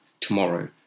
tomorrow